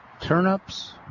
turnips